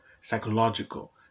psychological